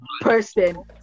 person